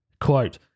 quote